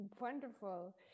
Wonderful